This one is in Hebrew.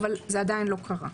אבל זה עדיין לא קרה.